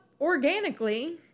organically